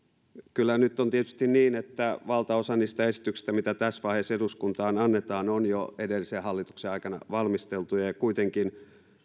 kyllä nyt on tietysti niin että valtaosa niistä esityksistä mitä tässä vaiheessa eduskuntaan annetaan on jo edellisen hallituksen aikana valmisteltuja ja kuitenkin